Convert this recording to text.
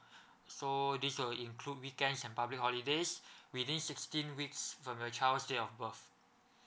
so this will include weekends and public holidays within sixteen weeks from your child's date of birth